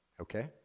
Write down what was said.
Okay